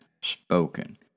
spoken